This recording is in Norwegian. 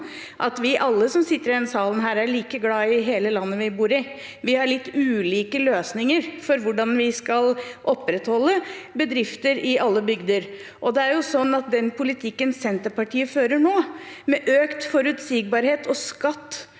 vi som sitter i denne salen her, er like glade i hele landet vi bor i, men vi har litt ulike løsninger for hvordan vi skal opprettholde bedrifter i alle bygder. Den politikken Senterpartiet fører nå, med økt uforutsigbarhet og skatt